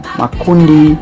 makundi